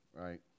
right